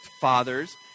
fathers